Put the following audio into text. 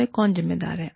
या आप किसे जवाबदेह हैं